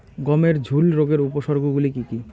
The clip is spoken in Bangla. গমের ঝুল রোগের উপসর্গগুলি কী কী?